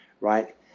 right